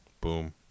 Boom